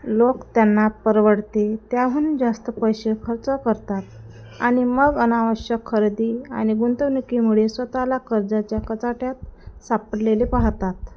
लोक त्यांना परवडते त्याहून जास्त पैसे खर्च करतात आणि मग अनावश्यक खरेदी आणि गुंतवणुकीमुळे स्वतःला कर्जाच्या कचाट्यात सापडलेले पाहतात